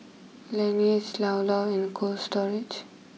Laneige Llao Llao and Cold Storage